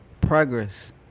progress